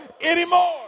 anymore